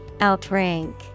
Outrank